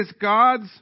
God's